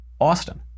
Austin